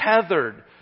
tethered